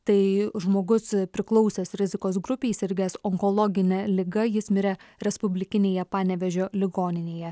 tai žmogus priklausęs rizikos grupei sirgęs onkologine liga jis mirė respublikinėje panevėžio ligoninėje